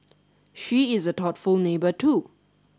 she is a thoughtful neighbour too